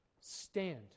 stand